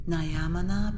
Nayamana